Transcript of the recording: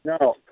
No